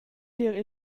tier